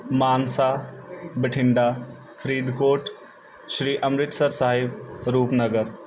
Mansa Bathinda Faridkot Shri Amritsar Sahib Rupnagar